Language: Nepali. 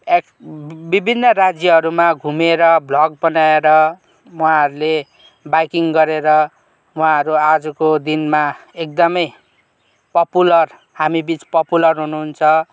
एक विभिन्न राज्यहरूमा घुमेर भ्लग बनाएर उहाँहरूले बाइकिङ गरेर उहाँहरू आजुको दिनमा एकदमै पपुलर हामीबिच पपुलर हुनुहुन्छ